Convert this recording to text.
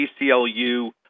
ACLU